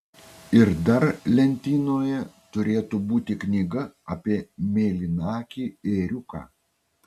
ir dar lentynoje turėtų būti knyga apie mėlynakį ėriuką